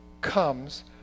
comes